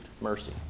mercy